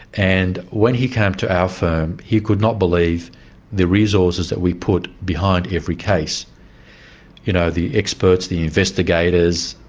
and when he came to our firm, he could not believe the resources that we put behind every case you know, the experts, the investigators,